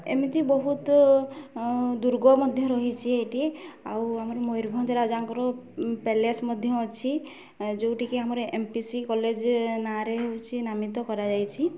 ଏମିତି ବହୁତ ଦୁର୍ଗ ମଧ୍ୟ ରହିଛି ଏଇଠି ଆଉ ଆମର ମୟୂରଭଞ୍ଜ ରାଜାଙ୍କର ପ୍ୟାଲେସ୍ ମଧ୍ୟ ଅଛି ଯେଉଁଠି କି ଆମର ଏମ୍ ପି ସି କଲେଜ ନାଁରେ ହେଉଛି ନାମିତ କରାଯାଇଛି